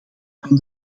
van